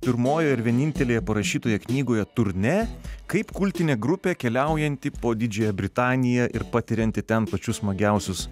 pirmojoje ir vienintelėje parašytoje knygoje turnė kaip kultinė grupė keliaujanti po didžiąją britaniją ir patirianti ten pačius smagiausius